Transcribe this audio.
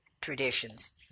traditions